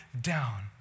down